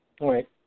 right